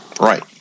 Right